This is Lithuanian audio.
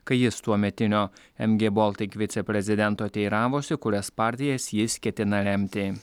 kai jis tuometinio mg baltic viceprezidento teiravosi kurias partijas jis ketina remti